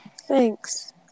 Thanks